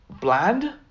bland